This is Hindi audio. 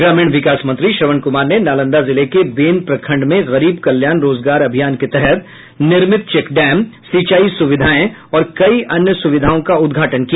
ग्रामीण विकास मंत्री श्रवण कुमार ने नालंदा जिले के बेन प्रखंड में गरीब कल्याण रोजगार अभियान के तहत निर्मित चेकडैम सिंचाई सुविधाओं और कई अन्य सुविधाओं का उद्घाटन किया